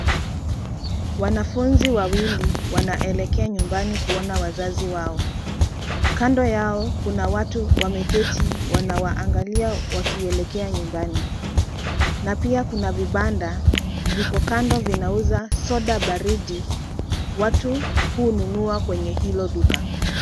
Wanafunzi wawili wanaelekea nyumbani kuona wazazi wao. Kando yao, kuna watu wameketi wanawaangalia wakielekea nyumbani na pia kuna vibanda viko kando vinauza soda baridi. Watu hununa kwenye hilo duka.